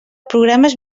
programes